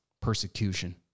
persecution